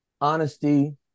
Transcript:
honesty